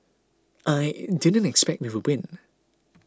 I didn't expect we would win